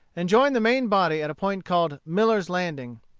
and joined the main body at a point called miller's landing.